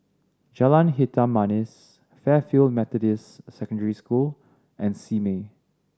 Jalan Hitam Manis Fairfield Methodist Secondary School and Simei